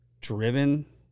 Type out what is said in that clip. driven